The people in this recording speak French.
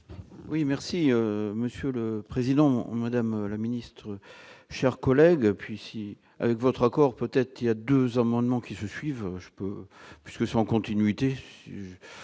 Oui merci monsieur le président, madame la ministre, chers collègues, puis si votre accord peut-être il y a 2 amendements qui se suivent, je peux puisque sans continuité.